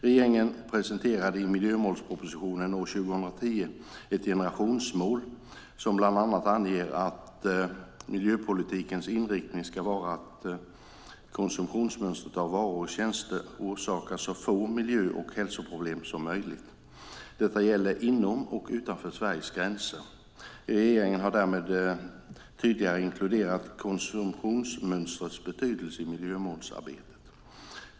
Regeringen presenterade i miljömålspropositionen 2010 ett generationsmål som bland annat anger att miljöpolitikens inriktning ska vara att konsumtionsmönstren av varor och tjänster orsakar så få miljö och hälsoproblem som möjligt. Detta gäller inom och utanför Sveriges gränser. Regeringen har därmed tydligare inkluderat konsumtionsmönstrens betydelse i miljömålsarbetet.